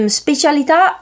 specialità